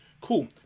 Cool